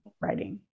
writing